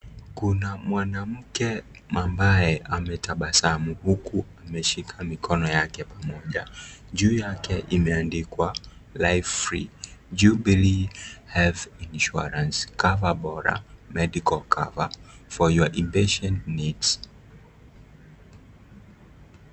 Kuna mwanamke ambaye ametabasamu huku ameshika mikono yake pamoja. Juu yake imeandikwa life free Jubilee health insurance cover bora medical cover, for your inpatient needs .